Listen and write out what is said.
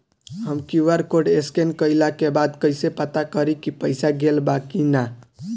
हम QR code scan कइला के बाद कइसे पता करि की पईसा गेल बा की न?